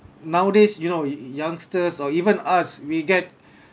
nowadays you know y~ youngsters or even us we get